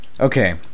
Okay